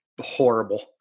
horrible